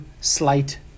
slight